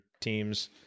teams